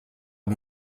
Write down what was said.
amb